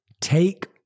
take